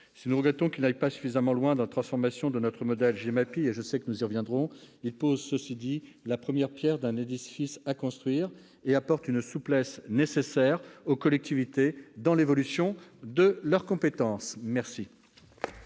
Si nous regrettons que ce dernier n'aille pas suffisamment loin dans la transformation de notre modèle GEMAPI- nous y reviendrons, je le sais -, il pose la première pierre d'un édifice à construire et apporte une souplesse nécessaire aux collectivités dans l'évolution de leurs compétences. La